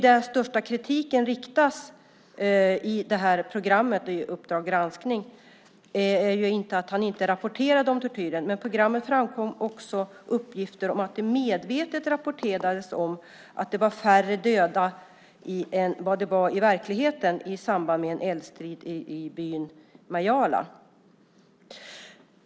Den största kritiken som tas upp i programmet Uppdrag granskning gäller att Hans Alm inte rapporterade om tortyren, men i programmet framkom det också uppgifter om att det medvetet rapporterades om färre dödade än i verkligheten i samband med en eldstrid i byn Miala.